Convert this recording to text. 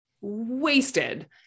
Wasted